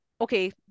okay